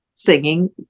singing